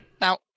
Now